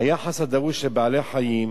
היחס הדרוש לבעלי-החיים,